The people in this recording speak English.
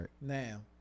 Now